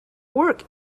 work